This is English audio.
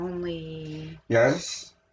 Yes